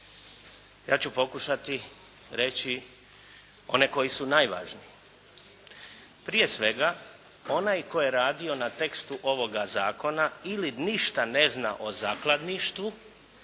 Ja ću pokušati reći one koji su najvažniji. Prije svega onaj tko je radio na tekstu ovoga zakona ili ništa ne zna o zakladništvu